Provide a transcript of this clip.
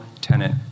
tenant